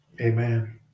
Amen